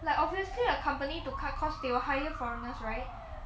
like obviously the company to cut costs they will hire foreigners right